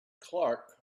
clark